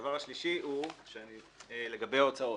והדבר השלישי הוא לגבי ההוצאות.